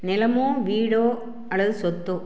நிலமோ வீடோ அல்லது சொத்தோ